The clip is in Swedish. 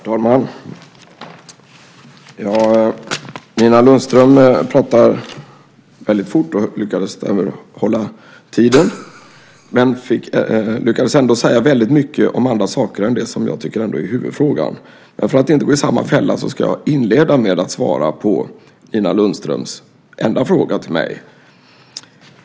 Herr talman! Nina Lundström talade väldigt fort och lyckades därmed hålla talartiden. Men hon lyckades ändå säga väldigt mycket om andra saker än det som jag tycker är huvudfrågan. För att inte gå i samma fälla ska jag inleda med att svara på Nina Lundströms enda fråga till mig.